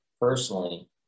personally